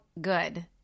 good